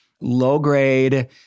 low-grade